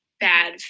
bad